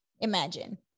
imagine